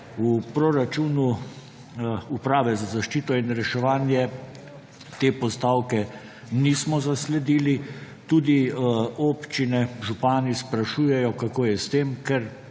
v proračunu Uprave za zaščito in reševanje te postavke nismo zasledili. Tudi župani sprašujejo, kako je s tem,